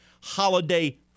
holiday